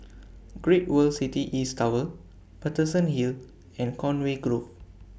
Great World City East Tower Paterson Hill and Conway Grove